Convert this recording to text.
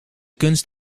kunst